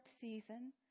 season